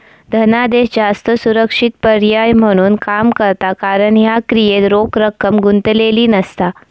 धनादेश जास्त सुरक्षित पर्याय म्हणून काम करता कारण ह्या क्रियेत रोख रक्कम गुंतलेली नसता